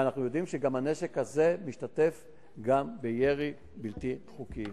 ואנחנו יודעים שגם הנשק הזה משתתף בירי בלתי חוקי.